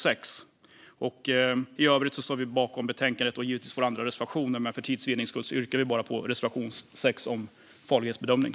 För tids vinnande yrkar jag bifall endast till denna reservation, men i övrigt står vi bakom utskottets förslag i betänkandet och givetvis våra övriga reservationer.